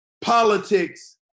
politics